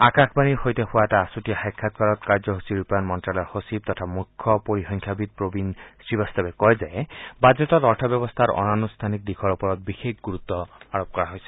আকাশবাণীৰ সৈতে হোৱা এটা আছুতীয়া সাক্ষাৎকাৰত কাৰ্যসূচী ৰূপায়ণ মন্ত্যালয়ৰ সচিব তথা মুখ্য পৰিসংখ্যাবিদ প্ৰবীণ শ্ৰীবাস্তৱে কয় যে বাজেটত অৰ্থব্যৱস্থাৰ অনান্ঠানিক দিশৰ ওপৰত বিশেষ গুৰুত্ আৰোপ কৰা হৈছে